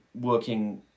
working